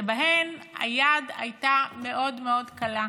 שבהם היד הייתה מאוד מאוד קלה,